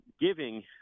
giving